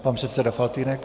Pan předseda Faltýnek.